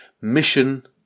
Mission